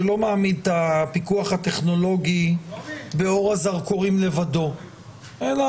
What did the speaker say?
שלא מעמיד את הפיקוח הטכנולוגי באור הזרקורים לבדו אלא